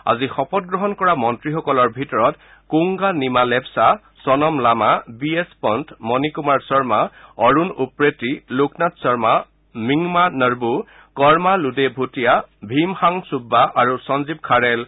আজি শপত গ্ৰহণ কৰা মন্ত্ৰীসকলৰ ভিতৰত কুংগা নিমা লেপচা চনম লামা বিএছ পন্ত মণি কুমাৰ শৰ্মা অৰুণ উপ্ৰেতি লোকনাথ শৰ্মা মিংমা নৰ্বু কৰ্মা লোডে ভূটিয়া ভীম হাং চুববা আৰু সঞ্জীৱ খাৰেল